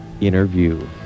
interview